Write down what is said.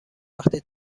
وقتی